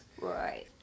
Right